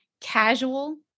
casual